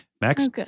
Max